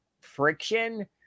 friction